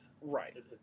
Right